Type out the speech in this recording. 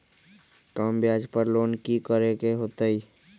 कम ब्याज पर लोन की करे के होतई?